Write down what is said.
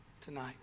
tonight